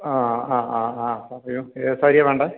ആ ആ ആ ആ പറയൂ ഏത് സാരിയാണ് വേണ്ടത്